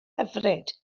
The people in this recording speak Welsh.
hyfryd